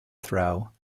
throw